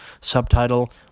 subtitle